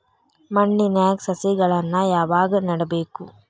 ಮಣ್ಣಿನ್ಯಾಗ್ ಸಸಿಗಳನ್ನ ಯಾವಾಗ ನೆಡಬೇಕು?